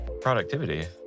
productivity